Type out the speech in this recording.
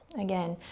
again,